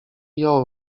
jął